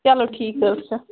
چلو ٹھیٖک حظ چھُ